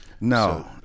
No